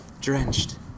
Drenched